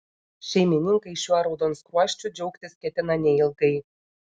šeimininkai šiuo raudonskruosčiu džiaugtis ketina neilgai